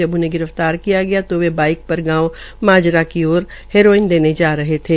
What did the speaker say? जब उन्हें गिर फ्तार किया तो वे बाईक पर गांव माजरा की हेरोइन देने जा रहे थे